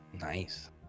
Nice